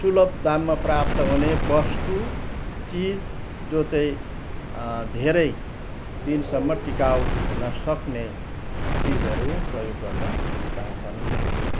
सुलब दाममा प्राप्त हुने वस्तु चिज जो चाहिँ धेरै दिनसम्म टिकाउ हुनसक्ने चिजहरू प्रयोग गर्न रुचाउँछन्